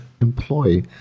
employ